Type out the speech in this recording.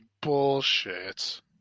Bullshit